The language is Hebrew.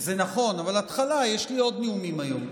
זה נכון, אבל זו התחלה, יש לי עוד נאומים היום.